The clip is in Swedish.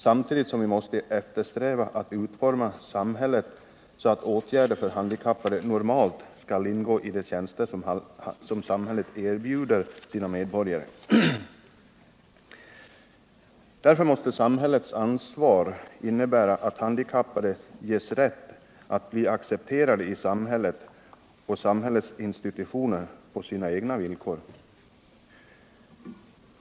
Samtidigt måste vi eftersträva att utforma samhället så, att åtgärder för handikappade normalt skall ingå i de tjänster som samhället erbjuder sina medborgare. Därför måste samhällets ansvar innebära att handikappade ges rätt att bli accepterade i samhället och i samhällets institutioner på sina egna villkor.